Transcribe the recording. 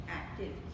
active